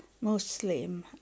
Muslim